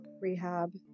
rehab